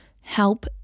Help